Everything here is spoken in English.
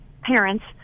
Parents